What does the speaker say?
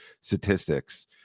statistics